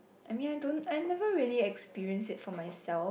I mean I don't I never really experience it for myself